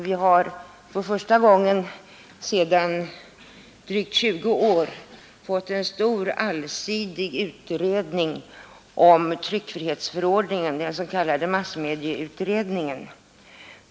Vi har för första gången på drygt 20 år fått en allsidig utredning om tryckfrihetsförordningen, den s.k. massmediautredningen.